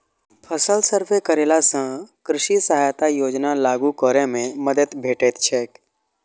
फसल सर्वे करेला सं कृषि सहायता योजना लागू करै मे मदति भेटैत छैक